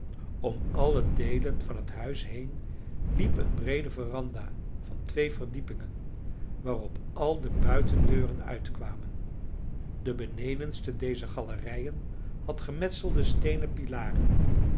om alle deelen van het huis heen liep een breede veranda van twee verdiepingen waarop al de buitendeuren uitkwamen de benedenste dezer galerijen hadden gemetselde steenen pilaren